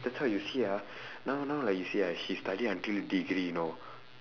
that's why you see ah now now like you see ah she study until degree you know